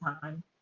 time